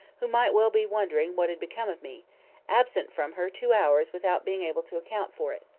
who might well be wondering what had become of me absent from her two hours without being able to account for it.